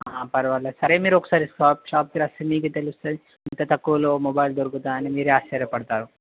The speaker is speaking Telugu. పర్వాలేదు సార్ సరే మీరు ఒకసారి షాప్కి వస్తే మీకే తెలుస్తుంది ఇంత తక్కువలో మొబైల్ దొరుకదా అని మీరే ఆశ్చర్యపడతారు